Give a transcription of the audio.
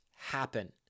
happen